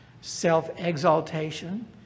self-exaltation